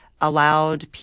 allowed